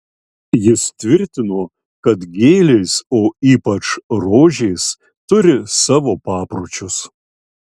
jis tvirtino kad gėlės o ypač rožės turi savo papročius